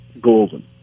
golden